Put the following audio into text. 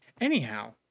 Anyhow